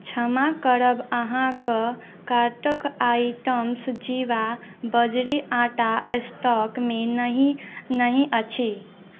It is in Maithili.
क्षमा करब अहाँके कार्टके आइटम्स जीवा बजरी आटा स्टॉकमे नहि नहि अछि